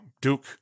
Duke